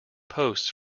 posts